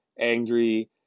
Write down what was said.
angry